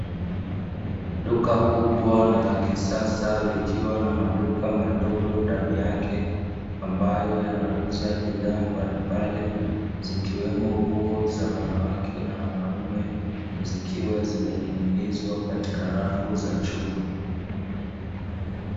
Duka kubwa na la kisasa likiwa na maduka madogo ndani yake, ambayo yanauza bidhaa mbalimbali ikiwemo nguo za wanawake na wanaume zikiwa zimening’inizwa katika rafu za chuma.